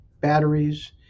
batteries